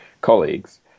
colleagues